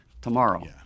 tomorrow